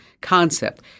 Concept